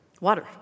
Water